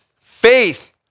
faith